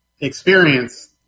experience